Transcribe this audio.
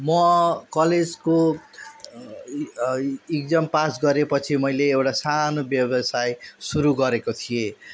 म कलेजको exam pass गरे पछि मैले एउटा सानो व्यवसाय सुरु गरेको थिएँ